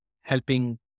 helping